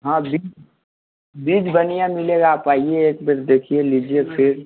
हाँ बी बीज बढ़िया मिलेगा आप आइए एक बेर देखिए लीजिए फिर